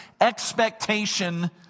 expectation